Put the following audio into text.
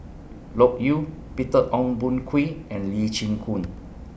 Loke Yew Peter Ong Boon Kwee and Lee Chin Koon